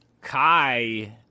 Kai